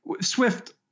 Swift